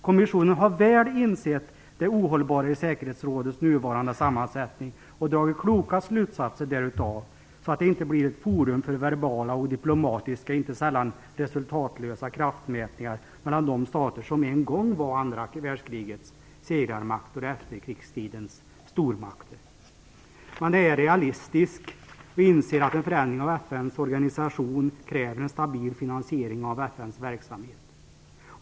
Kommissionen har väl insett det ohållbara i säkerhetsrådets nuvarande sammansättning och dragit kloka slutsatser därav, så att det inte blir ett forum för verbala och diplomatiska - inte sällan resultatlösa - kraftmätningar mellan de stater som en gång var andra världskrigets segrarmakter och efterkrigstidens stormakter. Man är realistisk och inser att en förändring av FN:s organisation kräver en stabil finansiering av FN:s verksamhet.